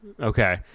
Okay